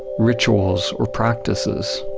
rituals or practices.